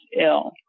ill